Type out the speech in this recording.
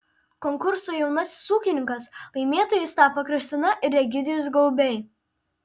konkurso jaunasis ūkininkas laimėtojais tapo kristina ir egidijus gaubiai